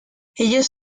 ellos